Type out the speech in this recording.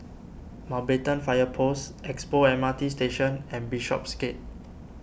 Mountbatten Fire Post Expo M R T Station and Bishopsgate